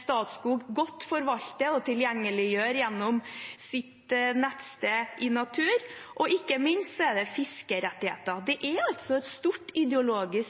Statskog godt forvalter og tilgjengeliggjør gjennom sitt nettsted inatur.no, og ikke minst er det fiskerettigheter. Det er altså et stort ideologisk